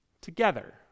together